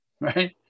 right